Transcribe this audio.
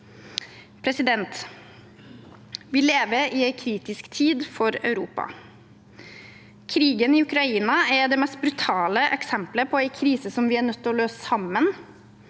framtid. Vi lever i en kritisk tid for Europa. Krigen i Ukraina er det mest brutale eksempelet på en krise som vi er nødt til å løse sammen,